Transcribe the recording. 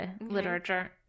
literature